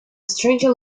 stranger